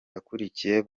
yakurikiye